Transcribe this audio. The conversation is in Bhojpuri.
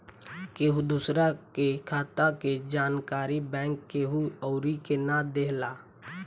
केहू दूसरा के खाता के जानकारी बैंक केहू अउरी के ना देला